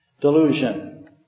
delusion